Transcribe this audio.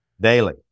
Daily